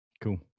Cool